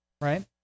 right